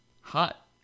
hot